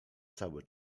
cały